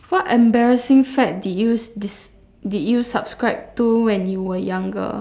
what embarrassing fad did you subscribe to when you were younger